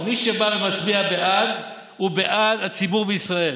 מי שבא ומצביע בעד הוא בעד הציבור בישראל,